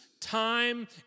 time